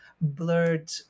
blurred